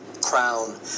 crown